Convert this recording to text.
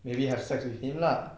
maybe have sex with him lah